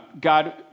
God